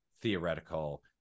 theoretical